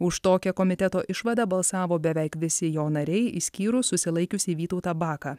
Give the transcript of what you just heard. už tokią komiteto išvadą balsavo beveik visi jo nariai išskyrus susilaikiusį vytautą baką